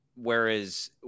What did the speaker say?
Whereas